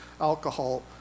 alcohol